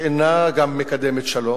שגם אינה מקדמת שלום,